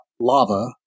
lava